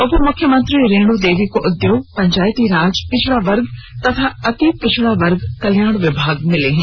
उपमुख्यमंत्री रेणु देवी को उद्योग पंचायती राज पिछडा वर्ग तथा अति पिछडा वर्ग कल्याण विभाग मिले हैं